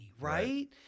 Right